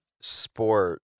sport